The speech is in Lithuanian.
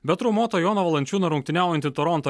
be traumuoto jono valančiūno rungtyniaujanti toronto